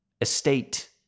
estate